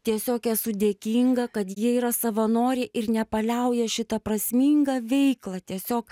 tiesiog esu dėkinga kad jie yra savanoriai ir nepaliauja šitą prasmingą veiklą tiesiog